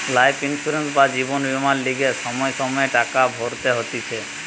life insurance বা জীবন বীমার লিগে সময়ে সময়ে টাকা ভরতে হতিছে